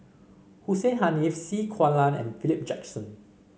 Hussein Haniff C Kunalan and Philip Jackson